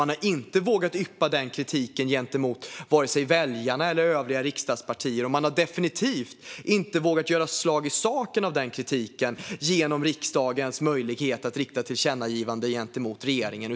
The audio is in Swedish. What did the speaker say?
Man har inte vågat yppa den kritiken inför vare sig väljarna eller övriga riksdagspartier, och man har definitivt inte vågat göra slag i saken av den kritiken genom riksdagens möjlighet att rikta ett tillkännagivande gentemot regeringen.